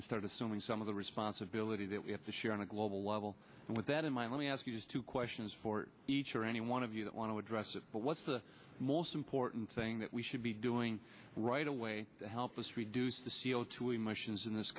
and start assuming some of the responsibility that we have to share on a global level with that in my let me ask you two questions for each or any one of you that want to address it but what's the most important thing that we should be doing right away to help us reduce the c o two emissions in this